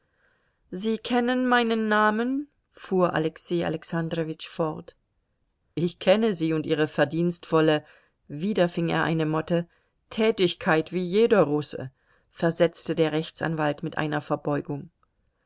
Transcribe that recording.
sie kennen meinen namen fuhr alexei alexandrowitsch fort ich kenne sie und ihre verdienstvolle wieder fing er eine motte tätigkeit wie jeder russe versetzte der rechtsanwalt mit einer verbeugung